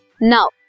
Now